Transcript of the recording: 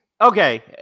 Okay